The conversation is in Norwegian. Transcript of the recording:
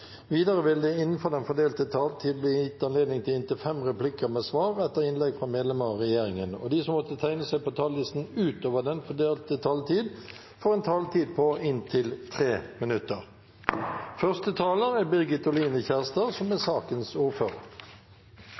Videre vil det – innenfor den fordelte taletid – bli gitt anledning til inntil fem replikker med svar etter innlegg fra medlemmer av regjeringen, og de som måtte tegne seg på talerlisten utover den fordelte taletid, får også en taletid på inntil 3 minutter. Det er